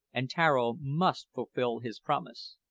and tararo must fulfil his promise.